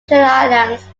islands